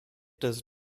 does